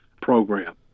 program